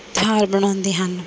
ਤਿਉਹਾਰ ਮਨਾਉਂਦੇ ਹਨ